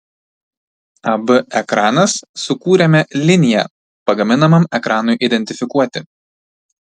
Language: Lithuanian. ab ekranas sukūrėme liniją pagaminamam ekranui identifikuoti